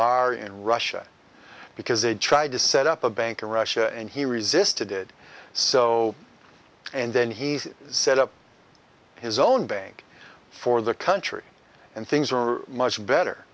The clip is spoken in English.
czar in russia because they tried to set up a bank or russia and he resisted it so and then he set up his own bank for the country and things are much better